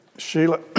Sheila